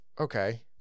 okay